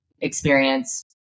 experience